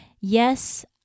Yes